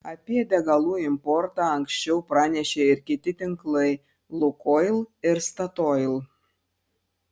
apie degalų importą anksčiau pranešė ir kiti tinklai lukoil ir statoil